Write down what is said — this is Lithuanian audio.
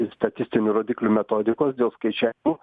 statistinių rodiklių metodikos dėl skaičiavimų